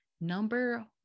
number